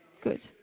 good